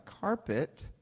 carpet